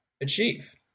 achieve